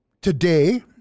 today